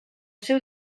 seu